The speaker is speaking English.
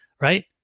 right